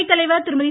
அவைத்தலைவர் திருமதி